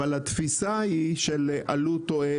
אבל התפיסה היא של עלות-תועלת,